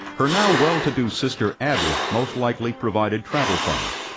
her now well-to-do sister abby most likely provided travel funds.